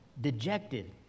dejected